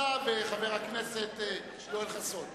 זאת חבר הכנסת מולה וחבר הכנסת יואל חסון.